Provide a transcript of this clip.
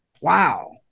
wow